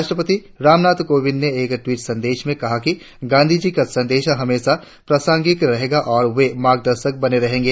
राष्ट्रपति रामनाथ कोविंद ने एक टवीट संदेश में कहा कि गांधी जी का संदेश हमेशा प्रासंगिक रहेगा और वे मार्गदर्शक बने रहेंगे